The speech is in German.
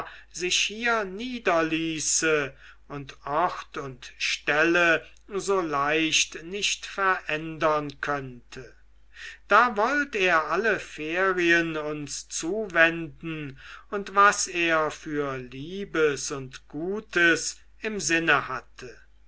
sich hier niederließe und ort und stelle so leicht nicht verändern könnte da wollt er alle ferien uns zuwenden und was er für liebes und gutes im sinne hatte